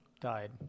died